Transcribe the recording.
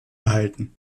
erhalten